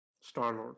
Star-Lord